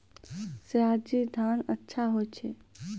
सयाजी धान अच्छा होय छै?